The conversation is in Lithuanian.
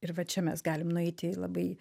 ir va čia mes galim nueiti į labai